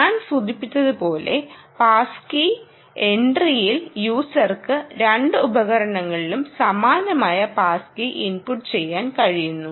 ഞാൻ സൂചിപ്പിച്ചതു പോലെ പാസ് കീ എൻട്രിയിൽ യൂസർക്ക് രണ്ട് ഉപകരണങ്ങളിലും സമാനമായ പാസ് കീ ഇൻപുട്ട് ചെയ്യാൻ കഴിയുന്നു